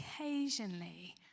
occasionally